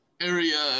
area